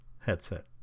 headset